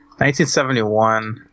1971